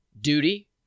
duty